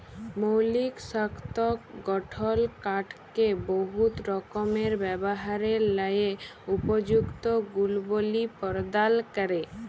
মৌলিক শক্ত গঠল কাঠকে বহুত রকমের ব্যাভারের ল্যাযে উপযুক্ত গুলবলি পরদাল ক্যরে